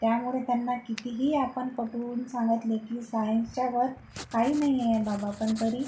त्यामुडे त्यांना कितीही आपण पटवून सांगातले की सायन्सच्या वर काही नाहीये बाबा पन तरी